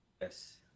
Yes